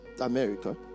America